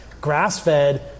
grass-fed